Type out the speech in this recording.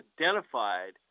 identified